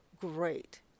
great